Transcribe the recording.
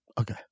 Okay